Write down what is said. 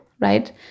right